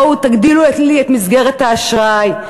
בואו תגדילו לי את מסגרת האשראי,